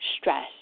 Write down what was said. stress